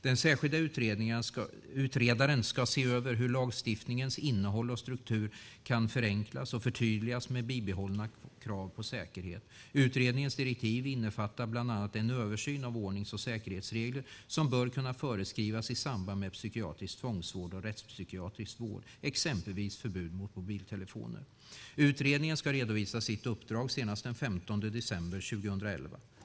Den särskilda utredaren ska se över hur lagstiftningens innehåll och struktur kan förenklas och förtydligas med bibehållna krav på säkerhet. Utredningens direktiv innefattar bland annat en översyn av ordnings och säkerhetsregler som bör kunna föreskrivas i samband med psykiatrisk tvångsvård och rättspsykiatrisk vård, exempelvis förbud mot mobiltelefoner. Utredningen ska redovisa sitt uppdrag senast den 15 december 2011.